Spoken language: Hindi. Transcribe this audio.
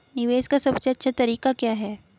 निवेश का सबसे अच्छा तरीका क्या है?